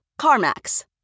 CarMax